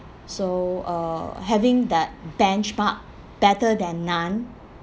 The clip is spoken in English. so uh having that benchmark better than none